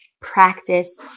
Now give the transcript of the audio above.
practice